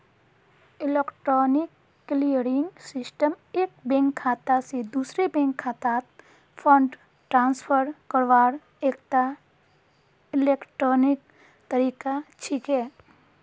electronic clearing system एक bank खाता स दूसरे बैंक खातात फंड ट्रांसफर करवार एकता इलेक्ट्रॉनिक तरीका छिके